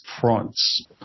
fronts